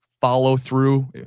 follow-through